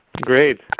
great